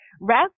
Rest